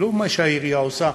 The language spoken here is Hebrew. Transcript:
לא מה שהעירייה עושה,